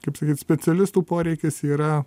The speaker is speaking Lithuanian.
kaip sakyt specialistų poreikis yra